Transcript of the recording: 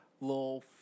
little